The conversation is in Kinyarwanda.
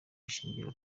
ishingiro